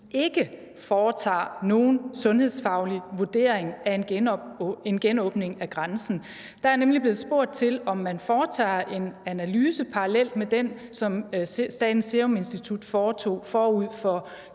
ikke foretager nogen sundhedsfaglig vurdering af en genåbning af grænsen. Der er nemlig blevet spurgt til, om man foretager en analyse parallelt med den, som Statens Serum Institut foretog forud for